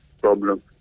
problem